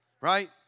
Right